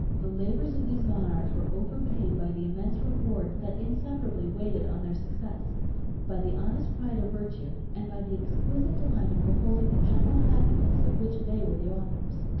the labors of these monarchs were overpaid by the immense reward that inseparably waited on their success by the honest pride of virtue, and by the exquisite delight of beholding the general happiness of which they were the authors.